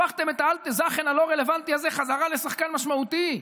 הפכתם את האלטע זאכן הלא-רלוונטי הזה חזרה לשחקן משמעותי.